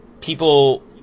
People